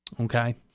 Okay